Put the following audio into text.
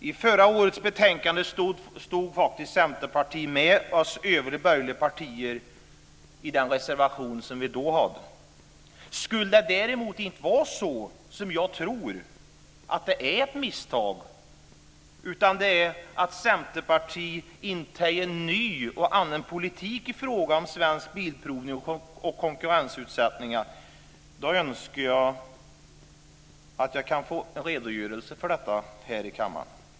I förra årets betänkande stod Centerpartiet med oss övriga borgerliga partier i den reservation vi då hade. Skulle det däremot inte vara så som jag tror, att det är ett misstag, utan att Centerpartiet står för en annan och ny politik i frågan om Svensk Bilprovning och konkurrensutsättning önskar jag att få en redogörelse för det här i kammaren.